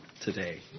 today